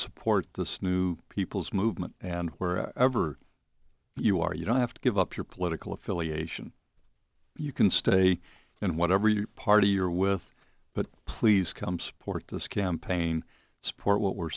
support this new people's movement and where ever you are you don't have to give up your political affiliation you can stay in whatever party you're with but please come support this campaign support what we're